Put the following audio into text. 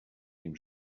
dem